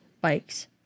bikes